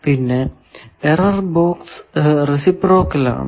പിന്നെ error box reciprocal ആണ്